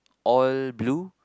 all blue